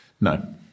No